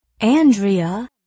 Andrea